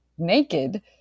naked